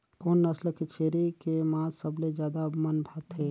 कोन नस्ल के छेरी के मांस सबले ज्यादा मन भाथे?